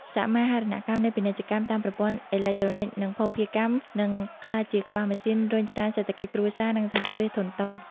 សមាហរណកម្មនៃពាណិជ្ជកម្មតាមប្រព័ន្ធអេឡិចត្រូនិក និងភស្តុភារកម្ម នឹងក្លាយជាក្បាលម៉ាស៊ីនរុញច្រានសេដ្ឋកិច្ចគ្រួសារ និងសហគ្រាសធុនតូច។